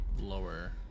Lower